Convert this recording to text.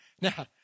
Now